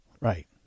Right